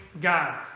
God